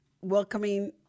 welcoming